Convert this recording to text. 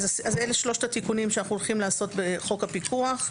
אלה שלושת התיקונים שאנו עושים בחוק הפיקוח,